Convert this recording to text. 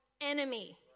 enemy